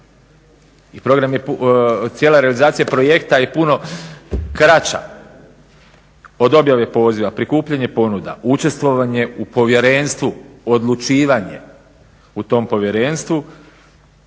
i cijela realizacija projekta je puno kraća od objave poziva, prikupljanje ponuda, učestvovanje u povjerenstvu, odlučivanje u tom povjerenstvu